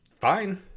fine